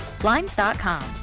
Blinds.com